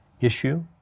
issue